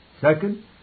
Second